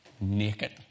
naked